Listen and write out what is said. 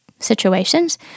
situations